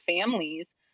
families